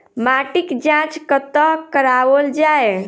माटिक जाँच कतह कराओल जाए?